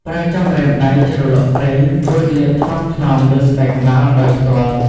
ប្រើចុងម្រាមដៃជ្រលក់ប្រេង រួចលាបថ្នមៗលើស្បែកក្បាលដោយផ្ទាល់។